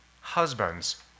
Husbands